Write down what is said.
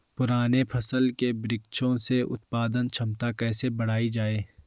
पुराने फल के वृक्षों से उत्पादन क्षमता कैसे बढ़ायी जाए?